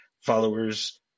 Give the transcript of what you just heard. followers